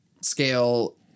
scale